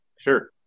sure